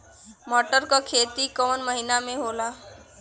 मटर क खेती कवन महिना मे होला?